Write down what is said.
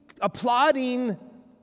applauding